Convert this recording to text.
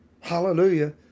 Hallelujah